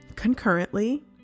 concurrently